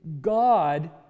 God